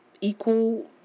equal